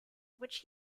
which